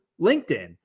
linkedin